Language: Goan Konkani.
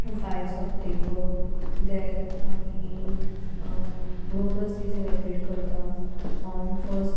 फायव्ह सप्टेंबर धेन आमी वर्कर्स डॅ सेलेब्रेट करता ऑन फर्स्ट